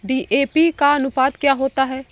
DAP का अनुपात क्या होता है?